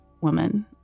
woman